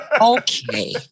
Okay